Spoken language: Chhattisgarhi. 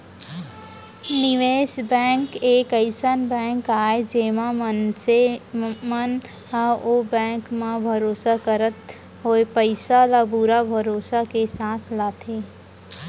निवेस बेंक एक अइसन बेंक आय जेमा मनसे मन ह ओ बेंक म भरोसा करत होय पइसा ल पुरा भरोसा के संग लगाथे